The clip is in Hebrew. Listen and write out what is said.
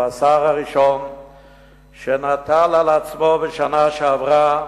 הוא השר הראשון שנטל על עצמו בשנה שעברה,